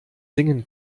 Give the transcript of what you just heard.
singen